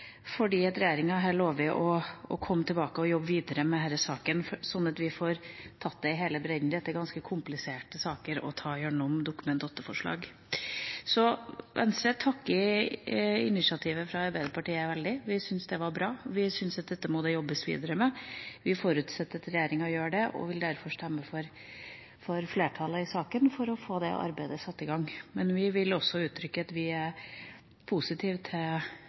fordi regjeringa har lovet å komme tilbake og jobbe videre med denne saken, slik at vi får tatt det i hele bredden. Dette er ganske kompliserte saker å ta gjennom Dokument 8-forslag. Så Venstre takker veldig for initiativet fra Arbeiderpartiet. Vi synes det var bra og at dette må det jobbes videre med. Vi forutsetter at regjeringa gjør det, og vi vil derfor stemme med flertallet i saken for å få det arbeidet satt i gang. Men vi vil også uttrykke at vi er positive til